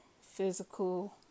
physical